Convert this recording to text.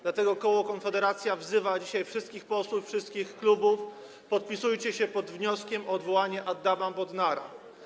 Dlatego koło Konfederacja wzywa dzisiaj wszystkich posłów ze wszystkich klubów: podpisujcie się pod wnioskiem o odwołanie Adama Bodnara.